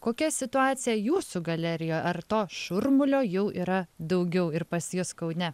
kokia situacija jūsų galerijoj ar to šurmulio jau yra daugiau ir pas jus kaune